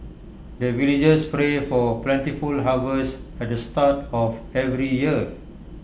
the villagers pray for plentiful harvest at the start of every year